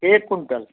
एक कुन्टल